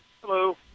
Hello